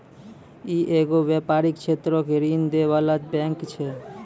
इ एगो व्यपारिक क्षेत्रो के ऋण दै बाला बैंक छै